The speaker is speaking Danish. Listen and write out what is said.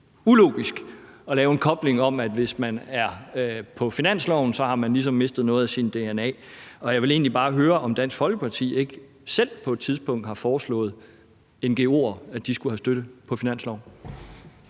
ulogisk at lave den kobling, at hvis man er på finansloven, har man ligesom mistet noget af sin dna, og jeg vil egentlig bare høre, om Dansk Folkeparti ikke selv på et tidspunkt har foreslået ngo'er, at de skulle have støtte på finansloven?